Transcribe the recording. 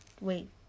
Wait